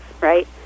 right